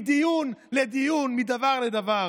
מדיון לדיון, מדבר לדבר.